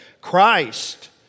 Christ